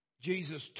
Jesus